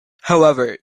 however